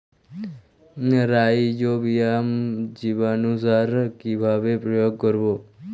Rhizobium জীবানুসার কিভাবে প্রয়োগ করব?